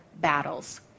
battles